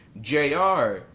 jr